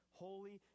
holy